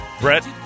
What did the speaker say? Brett